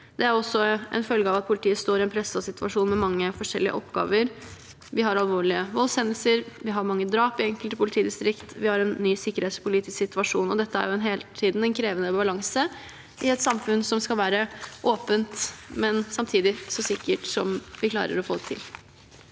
Det er også en følge av at politiet står i en presset situasjon, med mange forskjellige oppgaver. Vi har alvorlige voldshendelser, vi har mange drap i enkelte politidistrikt, vi har en ny sikkerhetspolitisk situasjon, og dette er hele tiden en krevende balanse i et samfunn som skal være åpent, men samtidig så sikkert som vi klarer å få til.